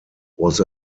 was